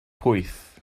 pwyth